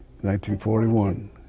1941